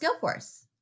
Skillforce